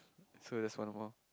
so that's one more